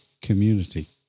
community